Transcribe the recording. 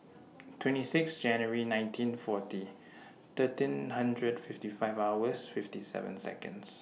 twenty six January nineteen forty thirteen hundred fifty five hours fifty seven Seconds